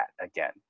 again